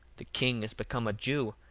the king is become a jew,